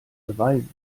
beweisen